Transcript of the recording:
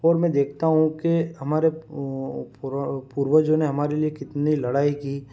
और मैं देखता हूँ कि हमारे पूर्वजों ने हमारे लिए कितनी लड़ाई की